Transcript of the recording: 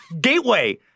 gateway